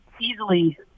Easily